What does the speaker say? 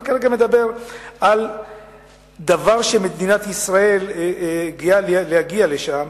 אני כרגע מדבר על דבר שמדינת ישראל גאה להגיע לשם,